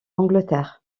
angleterre